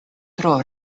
tro